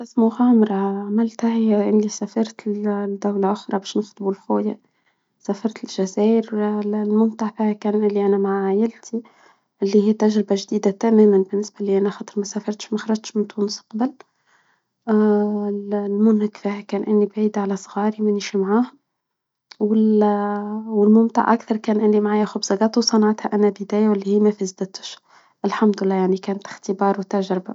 أحدث مغامرة عملتها هي إني سافرت لدولة أخرى باش نخطبو لخويا، سافرت للجزائر أنا مع عائلتي، لي هي تجربة جديدة تمامًا بالنسبة لي. ما كنتش مسافرة قبل ومخرجتش من تونس قبل، المنهك فيها إني أنا بعيدة على صغاري منيش معاهم والممتع أكثر كان إنو معي خبزات وصنعتها أنا بايدياوالي هي ما فزتش. الحمد لله يعني كانت اختبار وتجربة.